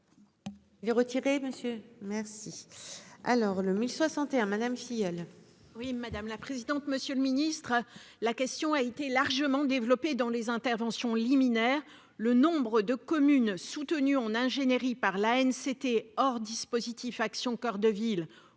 retrait. J'retiré monsieur merci alors le 1061 Madame Filleul. Oui, madame la présidente, monsieur le Ministre, la question a été largement développé dans les interventions liminaires, le nombre de communes soutenu en ingénierie par la haine, c'était hors dispositif Action coeur de ville